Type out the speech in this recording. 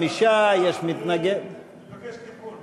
25, יש מתנגד, סליחה, אני מבקש תיקון.